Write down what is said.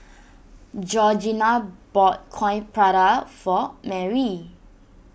Georgina bought Coin Prata for Marry